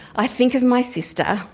i think of my sister.